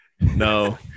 no